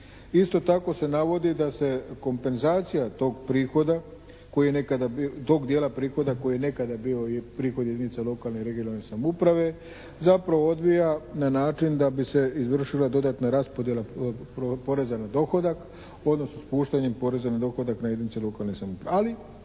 Isto tako se navodi da se kompenzacija tog prihoda, tog dijela prihoda koji je nekada bio i prihod jedinica lokalne i regionalne samouprave zapravo odvija na način da bi se izvršila dodatna raspodjela poreza na dohodak, odnosno spuštanjem poreza na dohodak na jedinice lokalne samouprave,